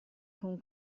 con